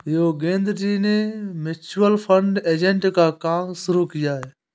योगेंद्र जी ने mutual fund agent का काम शुरू किया है